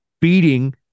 beating